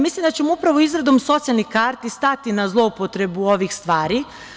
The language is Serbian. Mislim da ćemo upravo izradom socijalnih karti stati na zloupotrebu ovih stvari.